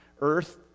Earth